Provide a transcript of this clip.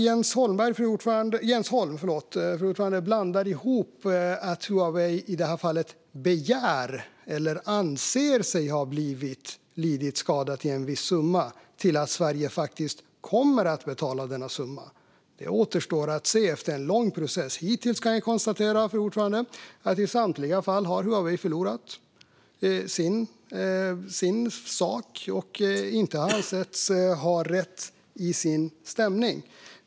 Jens Holm blandar ihop att Huawei i det här fallet anser sig ha lidit skada och därför begär en viss summa med att Sverige faktiskt kommer att betala denna summa. Det återstår att se efter en lång process. Hittills kan jag konstatera, fru talman, att i samtliga fall har Huawei förlorat i sin sak och inte har ansetts ha rätt i sin stämningsansökan.